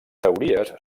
teories